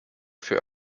für